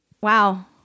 Wow